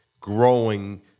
growing